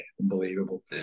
Unbelievable